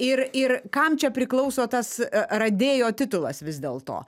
ir ir kam čia priklauso tas radėjo titulas vis dėlto